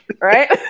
right